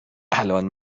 الان